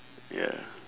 ya